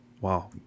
Wow